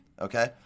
Okay